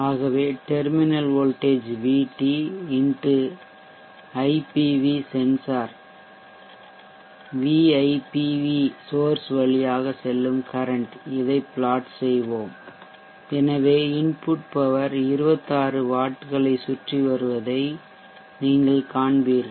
ஆகவே terminal voltage VT X IPV sensor வழியாக செல்லும் கரன்ட் இதை Plot செய்வோம் எனவே இன்புட் பவர் 26 வாட்களை சுற்றி வருவதை நீங்கள் காண்பீர்கள்